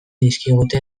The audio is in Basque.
dizkigute